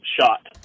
shot